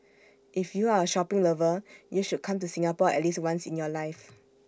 if you are A shopping lover you should come to Singapore at least once in your life